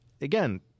again